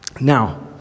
now